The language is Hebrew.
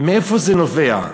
מאיפה זה נובע?